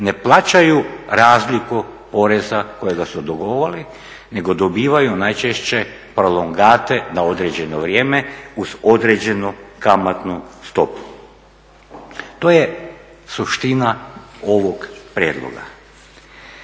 ne plaćaju razliku poreza kojega su dugovali nego dobivaju najčešće prolongate na određeno vrijeme uz određenu kamatnu stopu. To je suština ovog prijedloga.